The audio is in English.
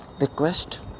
request